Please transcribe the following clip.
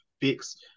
fix